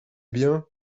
bien